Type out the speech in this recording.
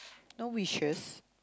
no wishes